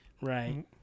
Right